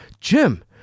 Jim